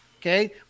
Okay